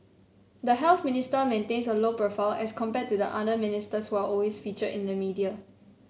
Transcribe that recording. the Health Minister maintains a low profile as compared to the other ministers who are always featured in the media